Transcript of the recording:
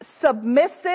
submissive